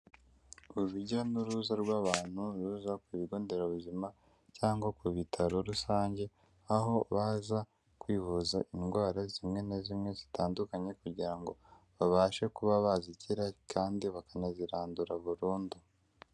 Urujya n'uruza rw'abantu ruza ku bigonderabuzima cyangwa ku bitaro rusange aho baza kwivuza indwara zimwe na zimwe zitandukanye kugira ngo babashe kuba bazikira kandi bakanazirandura burundu.